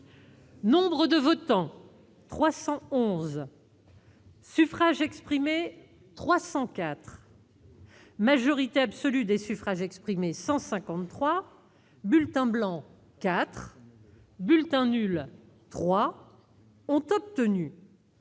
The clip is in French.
Nombre de votants : 311 Suffrages exprimés : 304 Majorité absolue des suffrages exprimés : 153 Bulletins blancs : 4 Bulletins nuls : 3 Ont obtenu